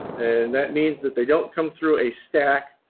and that means that they don't come through a stack,